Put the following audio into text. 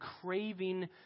craving